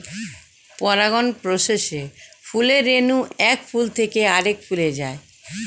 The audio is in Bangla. পরাগায়ন প্রসেসে ফুলের রেণু এক ফুল থেকে আরেক ফুলে যায়